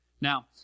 Now